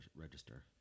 register